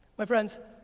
my friends,